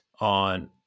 on